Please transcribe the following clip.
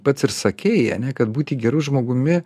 pats ir sakei ane kad būti geru žmogumi